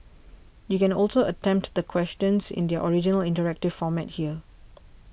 you can also attempt the questions in their original interactive format here